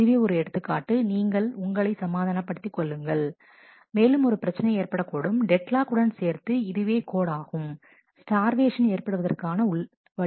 இதுவே ஒரு எடுத்துக்காட்டு நீங்களே உங்களை சமாதானப்படுத்தி கொள்ளுங்கள் மேலும் ஒரு பிரச்சனை ஏற்படக்கூடும் டெட் லாக் உடன் சேர்த்து இதுவே கோடு ஆகும் ஸ்டார்வேஷன் ஏற்படுவதற்காக உள்ளது ஆகும்